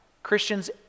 Christians